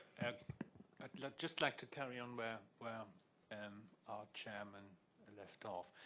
and like just like to carry on where where um and our chairman left off.